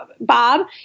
Bob